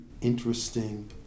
interesting